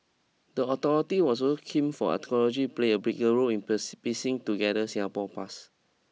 the authority was looking for archaeology play a bigger role in purse piecing together Singapore's past